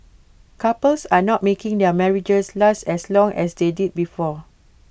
couples are not making their marriages last as long as they did before